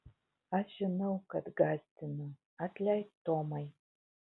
aš žinau kad gąsdinu atleisk tomai